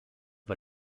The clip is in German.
war